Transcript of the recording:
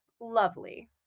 lovely